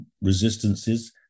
resistances